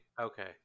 okay